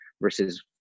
versus